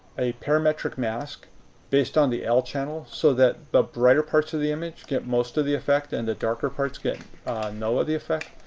a parametric mask based on the l channel so that the brighter parts of the image get most of the effect and the darker parts get none of the effect.